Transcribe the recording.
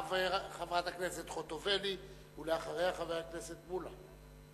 חברת הכנסת חוטובלי, ואחריה, חבר הכנסת מולה.